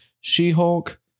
She-Hulk